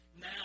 now